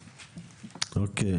אוקיי.